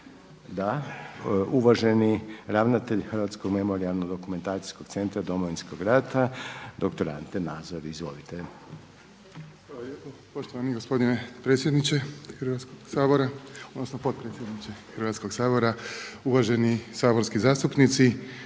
Da. Uvaženi ravnatelj Hrvatskog memorijalno-dokumentacijskog centra Domovinskog rata, dr. Ante Nazor. Izvolite. **Nazor, Ante** Hvala lijepo, poštovani gospodine potpredsjedniče Hrvatskoga sabora, uvaženi saborski zastupnici.